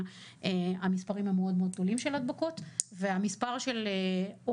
המספרים של ההדבקות הם מאוד מאוד גדולים.